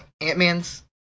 Ant-Man's